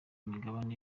migabane